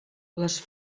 les